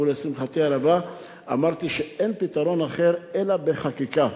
ולשמחתי הרבה אמרתי שאין פתרון אחר אלא בחקיקה.